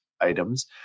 items